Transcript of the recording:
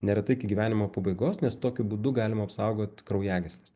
neretai iki gyvenimo pabaigos nes tokiu būdu galima apsaugot kraujagysles